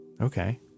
okay